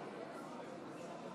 נא לספור את